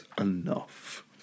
enough